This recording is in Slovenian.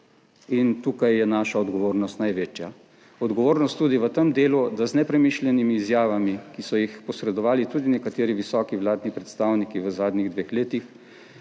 Tukaj je naša odgovornost največja, in sicer tudi v tem delu, da z nepremišljenimi izjavami, ki so jih posredovali tudi nekateri visoki vladni predstavniki v zadnjih dveh letih,